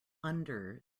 under